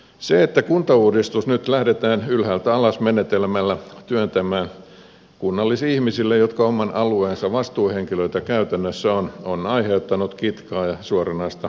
se että kuntauudistus nyt lähdetään ylhäältä alas menetelmällä työntämään kunnallisihmisille jotka käytännössä ovat oman alueensa vastuuhenkilöitä on aiheuttanut kitkaa ja suoranaista vastarintaa